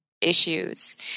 issues